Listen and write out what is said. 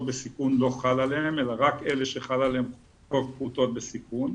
בסיכון לא חל עליהם אלא רק אלה שחק עליהם חוק פעוטות בסיכון.